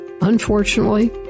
Unfortunately